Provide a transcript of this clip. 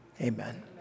amen